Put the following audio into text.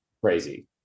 crazy